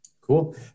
Cool